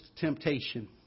temptation